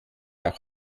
auch